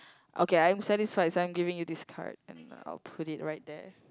okay I'm satisfied so I'm giving you this card and I'll put it right there